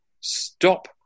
stop